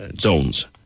zones